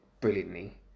brilliantly